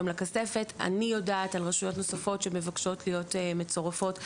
לכספת אני יודעת על רשויות נוספות שמבקשות להיות מצורפות,